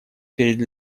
перед